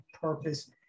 purpose